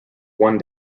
one